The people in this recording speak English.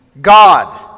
God